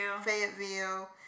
Fayetteville